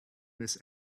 miss